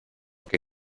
que